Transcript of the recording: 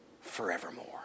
forevermore